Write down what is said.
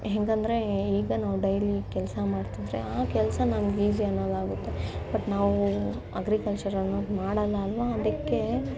ಹೇಗೆಂದ್ರೆ ಈಗ ನಾವು ಡೈಲಿ ಕೆಲಸ ಮಾಡ್ತಿದ್ರೆ ಆ ಕೆಲಸ ನಮಗೆ ಈಸಿ ಅನ್ನೋಂಗಾಗುತ್ತೆ ಬಟ್ ನಾವು ಅಗ್ರಿಕಲ್ಚರ್ ಅನ್ನೋದು ಮಾಡಲ್ಲ ಅಲ್ವಾ ಅದಕ್ಕೆ